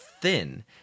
thin